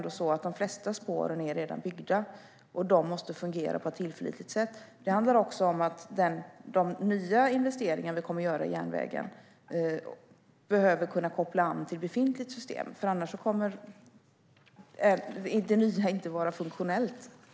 De flesta spåren är ju redan byggda, och de måste fungera på ett tillförlitligt sätt. Det handlar också om att de nya investeringar som vi kommer att göra på järnvägen behöver kunna koppla an till befintligt system. Annars kommer inte det nya att vara funktionellt.